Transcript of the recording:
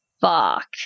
Fuck